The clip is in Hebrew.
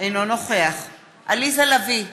אינו נוכח עליזה לביא,